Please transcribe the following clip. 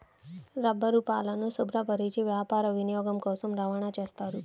రబ్బరుపాలను శుభ్రపరచి వ్యాపార వినియోగం కోసం రవాణా చేస్తారు